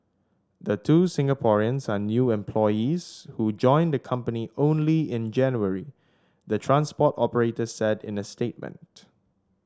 the two Singaporeans are new employees who joined the company only in January the transport operator said in a statement